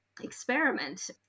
experiment